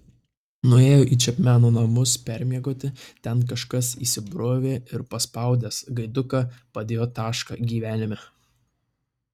nuėjo į čepmeno namus permiegoti ten kažkas įsibrovė ir paspaudęs gaiduką padėjo tašką gyvenime